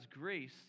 grace